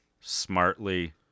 smartly